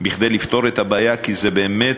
כדי לפתור את הבעיה, כי זה באמת